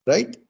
Right